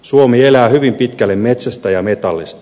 suomi elää hyvin pitkälle metsästä ja metallista